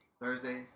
Thursdays